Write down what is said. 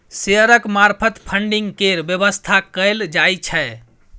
शेयरक मार्फत फडिंग केर बेबस्था कएल जाइ छै